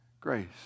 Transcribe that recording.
grace